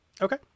Okay